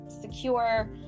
secure